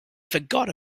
forgot